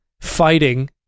fighting